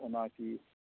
एना की